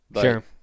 Sure